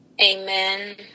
Amen